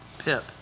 Pip